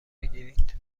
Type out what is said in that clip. بگیرید